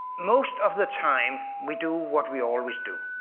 most of the time, we do what we always do.